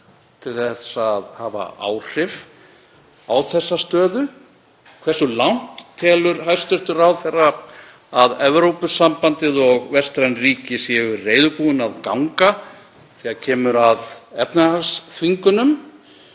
til þess að hafa áhrif á þessa stöðu. Hversu langt telur hæstv. ráðherra að Evrópusambandið og vestræn ríki séu reiðubúin að ganga þegar kemur að efnahagsþvingunum?